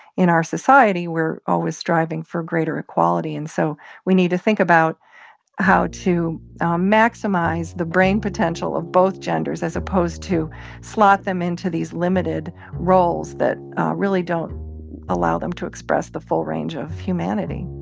in our society, we're always striving for greater equality. and so we need to think about how to maximize the brain potential of both genders as opposed to slot them into these limited roles that really don't allow them to express the full range of humanity